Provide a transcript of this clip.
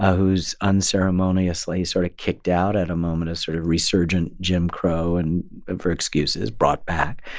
ah who's unceremoniously sort of kicked out at a moment of sort of resurgent jim crow and for excuses brought back.